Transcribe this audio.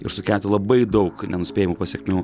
ir sukelti labai daug nenuspėjamų pasekmių